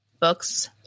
books